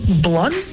blunt